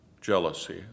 Jealousy